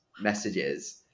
messages